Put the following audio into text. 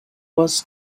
was